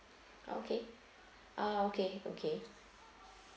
okay okay okay